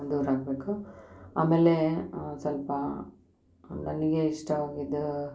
ದೂರಾಗಬೇಕು ಆಮೇಲೆ ಸ್ವಲ್ಪ ನನಗೆ ಇಷ್ಟವಾಗಿದ್ದು